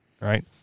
right